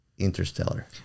interstellar